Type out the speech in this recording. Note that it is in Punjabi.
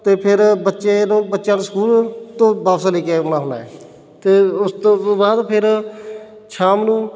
ਅਤੇ ਫਿਰ ਬੱਚੇ ਨੂੰ ਬੱਚਿਆਂ ਨੂੰ ਸਕੂਲ ਤੋਂ ਵਾਪਸ ਲੈ ਕੇ ਆਉਂਦਾ ਹੁੰਦਾ ਏ ਅਤੇ ਉਸ ਤੋਂ ਬ ਬਾਅਦ ਫਿਰ ਸ਼ਾਮ ਨੂੰ